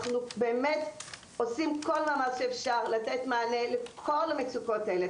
אנחנו עושים כל מאמץ שאפשר לתת מענה לכל המצוקות האלה.